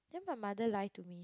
then my mother lie to me